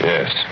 Yes